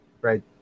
right